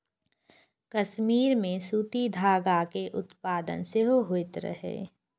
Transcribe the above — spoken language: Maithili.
कश्मीर मे सूती धागा के उत्पादन सेहो होइत रहै